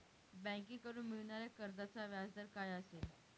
बँकेकडून मिळणाऱ्या कर्जाचा व्याजदर काय असेल?